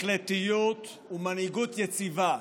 החלטיות ומנהיגות יציבה,